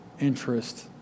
interest